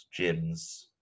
gyms